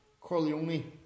Corleone